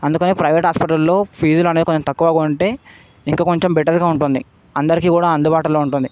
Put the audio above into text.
అందుకని ప్రైవేట్ హాస్పిటల్లో ఫీజ్లు అనేవి కొంచెం తక్కువగా ఉంటే ఇంకా కొంచెం బెటర్గా ఉంటుంది అందరికి కూడా అందుబాటులో ఉంటుంది